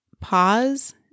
Pause